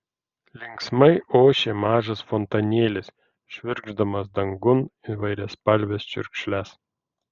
linksmai ošė mažas fontanėlis švirkšdamas dangun įvairiaspalves čiurkšles